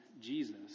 Jesus